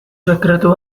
sekretu